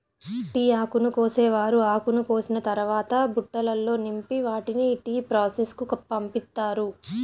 tea ఆకును కోసేవారు ఆకును కోసిన తరవాత బుట్టలల్లో నింపి వాటిని టీ ప్రాసెస్ కు పంపిత్తారు